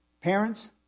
parents